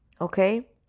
okay